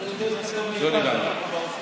לא נראה לי.